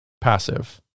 passive